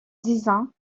disant